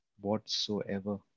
whatsoever